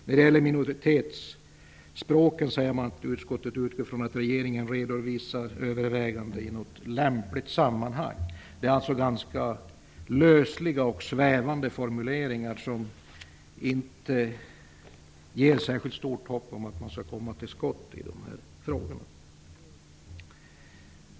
När det gäller minoritetsspråken utgår utskottet ifrån att regeringen redovisar överväganden i något lämpligt sammanhang. Det är alltså ganska lösa och svävande formuleringar som inte ger särskilt stort hopp om att man skall komma till skott.